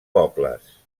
pobles